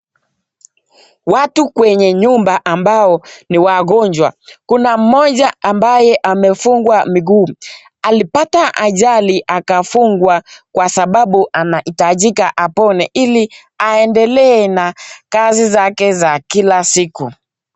Watu kwenye nyumba ambao ni wagonjwa kuna moja ambaye amefungwa miguu , alipata ajali akafungwa kwa sababu anaitajika anoneka hili aendelee na kazi zake za Kila siku.